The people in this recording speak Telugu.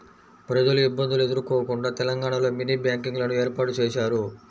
ప్రజలు ఇబ్బందులు ఎదుర్కోకుండా తెలంగాణలో మినీ బ్యాంకింగ్ లను ఏర్పాటు చేశారు